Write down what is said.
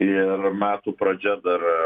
ir metų pradžia dar